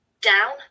down